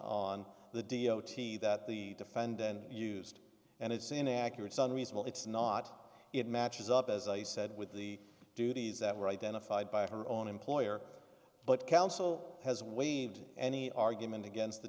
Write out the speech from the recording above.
the d o t that the defendant used and it's inaccurate son reasonable it's not it matches up as i said with the duties that were identified by her own employer but counsel has waived any argument against the